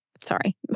Sorry